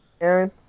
Aaron